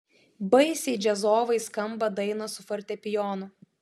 baisiai džiazovai skamba dainos su fortepijonu